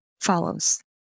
follows